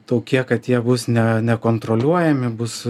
tokie kad jie bus ne nekontroliuojami bus